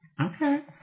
Okay